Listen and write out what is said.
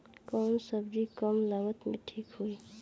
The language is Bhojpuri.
कौन सबजी कम लागत मे ठिक होई?